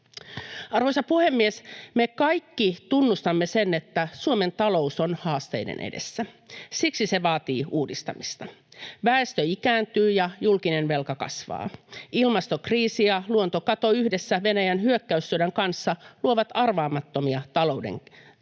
Arvoisa puhemies! Me kaikki tunnustamme sen, että Suomen talous on haasteiden edessä. Siksi se vaatii uudistamista. Väestö ikääntyy, ja julkinen velka kasvaa. Ilmastokriisi ja luontokato yhdessä Venäjän hyökkäyssodan kanssa luovat arvaamattomuutta talouden kehitykseen.